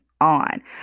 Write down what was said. on